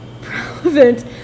relevant